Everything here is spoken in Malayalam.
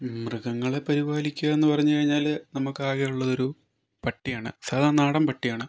മൃഗങ്ങളെ പരിപാലിക്കുക എന്ന് പറഞ്ഞു കഴിഞ്ഞാല് നമുക്ക് ആകെയുള്ളത് ഒരു പട്ടിയാണ് സാധാ നാടൻ പട്ടിയാണ്